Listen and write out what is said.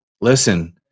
listen